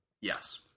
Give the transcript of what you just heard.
Yes